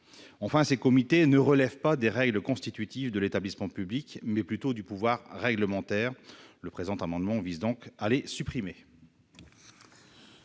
Enfin, ces comités relèvent non des règles constitutives de l'établissement public mais plutôt du pouvoir réglementaire. Le présent amendement vise donc à supprimer